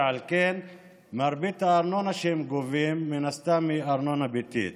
ועל כן מרבית הארנונה שהם גובים מן הסתם היא ארנונה ביתית.